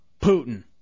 Putin